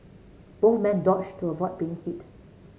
both men dodged to avoid being hit